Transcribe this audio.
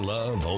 Love